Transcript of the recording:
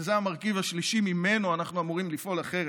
וזה המרכיב השלישי שממנו אנחנו אמורים לפעול אחרת.